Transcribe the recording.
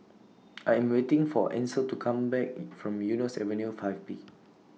I Am waiting For Ansel to Come Back from Eunos Avenue five B